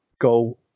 go